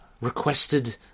requested